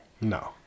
No